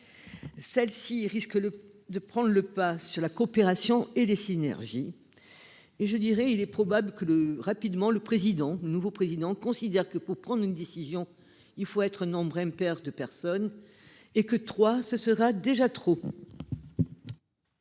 Celle-ci risque le de prendre le pas sur la coopération et des synergies. Et je dirais il est probable que le rapidement le président nouveau président considère que pour prendre une décision, il faut être nombre impair de personnes et que trois, ce sera déjà trop.